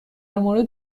مورد